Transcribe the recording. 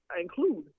include